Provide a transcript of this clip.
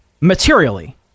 materially